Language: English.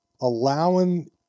allowing